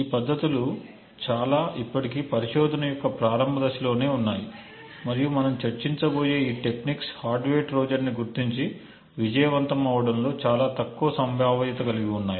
ఈ పద్ధతులు చాలా ఇప్పటికీ పరిశోధన యొక్క ప్రారంభ దశలోనే ఉన్నాయి మరియు మనం చర్చించబోయే ఈ టెక్నిక్స్ హార్డ్వేర్ ట్రోజన్ ను గుర్తించి విజయవంతం అవడంలో చాలా తక్కువ సంభావ్యత కలిగి ఉన్నాయి